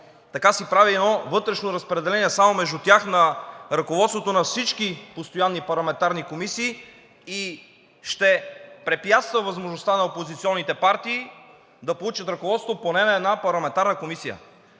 така си прави едно вътрешно разпределение само между тях на ръководството на всички постоянни парламентарни комисии и ще препятства възможността на опозиционните партии да получат ръководство поне на една парламентарна комисия.